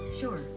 Sure